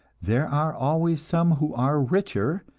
there are always some who are richer,